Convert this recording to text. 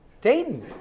Dayton